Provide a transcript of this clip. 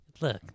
look